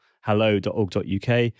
hello.org.uk